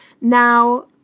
Now